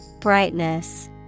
Brightness